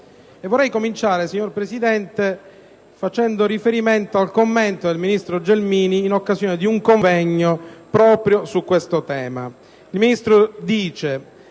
Vorrei cominciare, signor Presidente, facendo riferimento al commento del ministro Gelmini in occasione di un convegno proprio su questo tema. Il Ministro ha